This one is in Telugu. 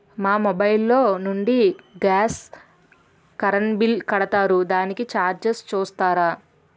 మా మొబైల్ లో నుండి గాస్, కరెన్ బిల్ కడతారు దానికి చార్జెస్ చూస్తారా?